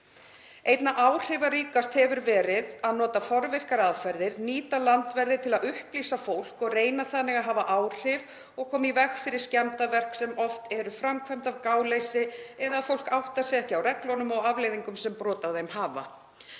Einna áhrifaríkast hefur verið að nota forvirkar aðferðir, nýta landverði til að upplýsa fólk og reyna þannig að hafa áhrif og koma í veg fyrir skemmdarverk sem oft eru framkvæmd af gáleysi eða að fólk áttar sig ekki á reglunum og afleiðingum sem brot á þeim hafa.